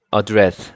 address